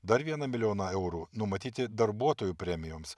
dar vieną milijoną eurų numatyti darbuotojų premijoms